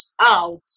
out